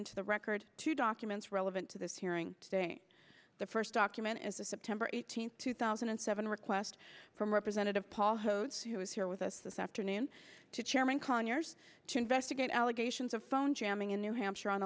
into the record two documents relevant to this hearing today the first document is a september eighteenth two thousand and seven request from representative paul hodes who is here with us this afternoon to chairman conyers to investigate allegations of phone jamming in new hampshire on